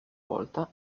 volta